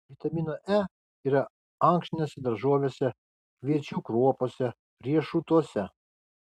vitamino e yra ankštinėse daržovėse kviečių kruopose riešutuose